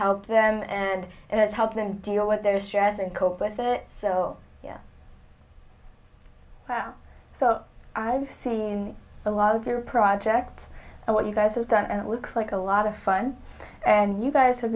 helped them and it has helped them deal with their stress and cope with it so yeah so i've seen a lot of your projects and what you guys have done and it looks like a lot of fun and you guys have